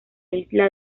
isla